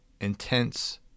intense